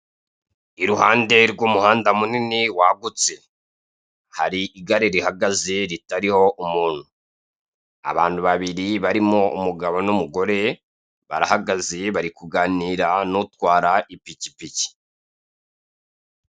Iruhande rw'umuhanda munini wagutse, hari igare rihagaze ritariho umuntu. Abantu babiri barimo umugabo n'umugore barahagaze bari kuganira n'utwara ipikipiki.